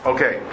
Okay